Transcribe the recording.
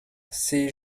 c’est